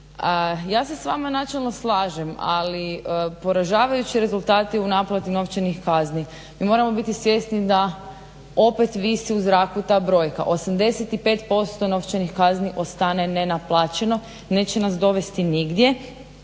Ja se s vama načelno slažem, ali poražavajući su rezultati u naplati novčani kazni. Mi moramo biti svjesni da opet visi u zraku ta brojka. 85% novčanih kazni ostane nenaplaćeno, neće nas dovesti nigdje.